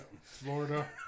Florida